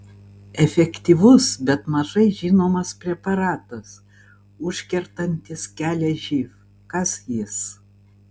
efektyvus bet mažai žinomas preparatas užkertantis kelią živ kas jis